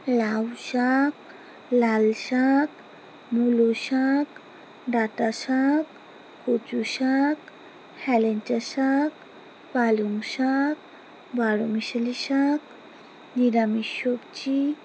লাউ শাক লাল শাক মুলো শাক ডাঁটা শাক কুচু শাক হেলেঞ্চা শাক পালং শাক বারোমিশালি শাক নিরামিষ সবজি